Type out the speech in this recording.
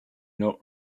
not